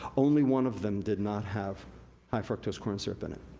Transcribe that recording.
only one of them did not have high fructose corn syrup in it.